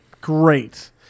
great